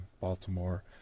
Baltimore